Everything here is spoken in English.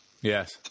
Yes